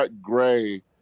Gray